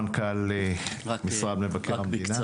מנכ"ל משרד מבקר המדינה.